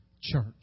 church